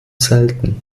selten